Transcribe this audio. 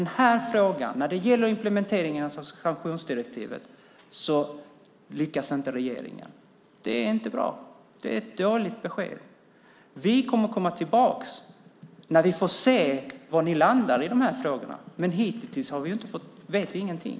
När det gäller implementeringen av sanktionsdirektivet ser vi att regeringen inte heller lyckas. Det är inte bra. Det är ett dåligt besked. Vi kommer att komma tillbaka när vi får se var ni landar i de här frågorna, men hitintills vet vi ingenting.